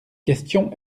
question